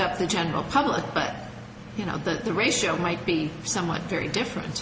up the general public but you know that the ratio might be someone very different